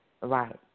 Right